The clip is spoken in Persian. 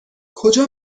کجا